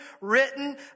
written